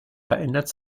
verändert